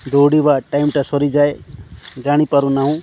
ଦୌଡ଼ିବା ଟାଇମ୍ଟା ସରିଯାଏ ଜାଣିପାରୁନାହୁଁ